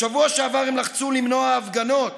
בשבוע שעבר הם לחצו למנוע הפגנות